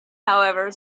however